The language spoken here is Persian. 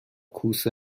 کوسه